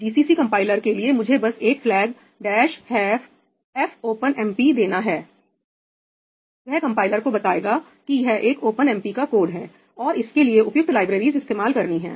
GCC compiler के लिए मुझे बस एक फ्लैग डेस ऐफओपन एमपी देना है वह कंपाइलर को बताएगा कि यह एक ओपनएमपी का कोड है और इसके लिए उपयुक्त लाइब्रेरीज इस्तेमाल करनी है